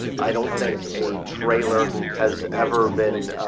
i don't think a trailer has ever been.